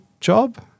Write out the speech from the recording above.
job